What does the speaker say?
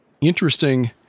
interesting